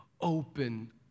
open